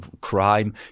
crime